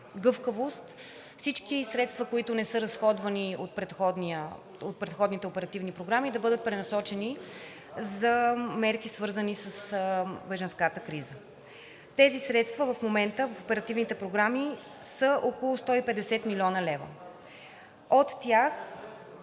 гъвкавост – всички средства, които не са разходвани от предходните оперативни програми, да бъдат пренасочени за мерки, свързани с бежанската криза. Тези средства в момента в оперативните програми са около 150 млн. лв.